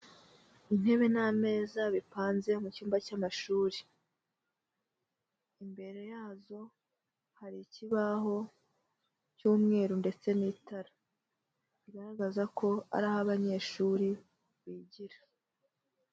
Intebe n'ameza bipanze mu cyumba cy'amashuri, imbere yazo hari ikibaho cy'umweru ndetse n'itara, bigaragaza ko ari aho abanyeshuri bigira.